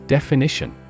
Definition